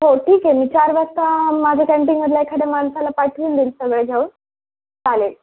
हो ठीक आहे मी चार वाजता माझ्या कॅन्टीनमधल्या एखाद्या माणसाला पाठवून देईल सगळं घेऊन चालेल